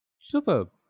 superb